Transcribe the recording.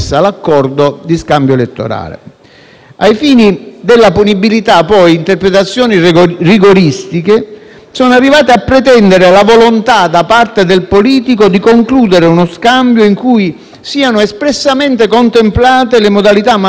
Ai fini della punibilità, poi, interpretazioni rigoristiche sono arrivate a pretendere la volontà da parte del politico di concludere uno scambio in cui siano espressamente contemplate le modalità mafiose del procacciamento di voti,